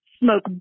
smoke